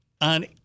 on